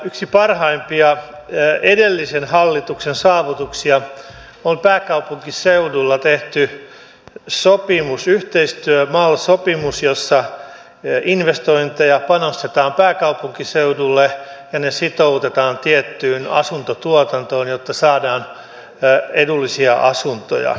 yksi parhaimpia edellisen hallituksen saavutuksia on pääkaupunkiseudulla tehty sopimus yhteistyö eli mal sopimus jossa investointeja panostetaan pääkaupunkiseudulle ja ne sitoutetaan tiettyyn asuntotuotantoon jotta saadaan edullisia asuntoja